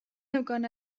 neukan